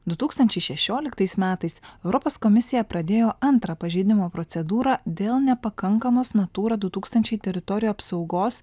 du tūkstančiai šešioliktais metais europos komisija pradėjo antrą pažeidimo procedūrą dėl nepakankamos natūra du tūkstančiai teritorijų apsaugos